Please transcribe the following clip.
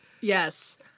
Yes